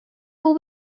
will